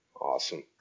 Awesome